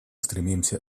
стремимся